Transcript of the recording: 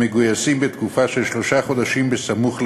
המגויסים בתקופה של שלושה חודשים סמוך לבחירות,